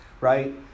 right